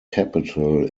capital